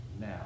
now